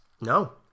No